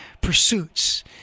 pursuits